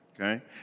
okay